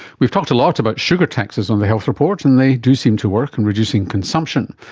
we've talked a lot about sugar taxes on the health report and they do seem to work in reducing consumption,